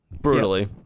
brutally